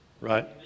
right